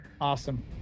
awesome